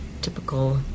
typical